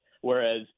whereas